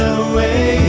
away